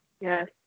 yes